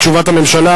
תשובת הממשלה,